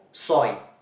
soil